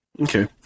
Okay